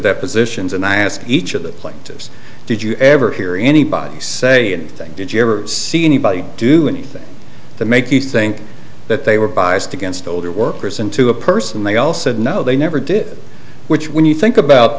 depositions and i asked each of the plaintiffs did you ever hear anybody say anything did you ever see anybody do anything to make you think that they were biased against older workers and to a person they all said no they never did which when you think about